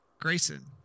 Grayson